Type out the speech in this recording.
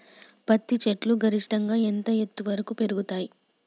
పత్తి చెట్లు గరిష్టంగా ఎంత ఎత్తు వరకు పెరుగుతయ్?